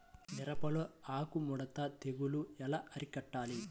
మిరపలో ఆకు ముడత తెగులు ఎలా అరికట్టాలి?